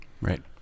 Right